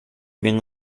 bien